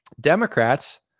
Democrats